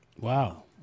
Wow